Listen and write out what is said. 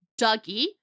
Dougie